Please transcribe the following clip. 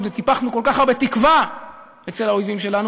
וטיפחנו כל כך הרבה תקווה אצל האויבים שלנו,